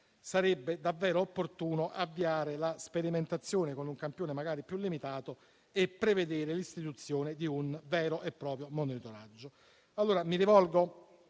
sarebbe davvero opportuno avviare la sperimentazione con un campione magari più limitato e prevedere l'istituzione di un vero e proprio monitoraggio.